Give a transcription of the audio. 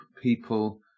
people